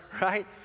right